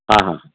ಹಾಂ ಹಾಂ